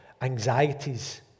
anxieties